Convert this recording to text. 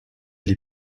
l’ai